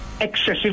Excessive